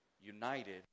united